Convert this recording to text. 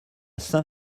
saint